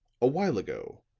a while ago,